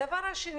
הדבר השני,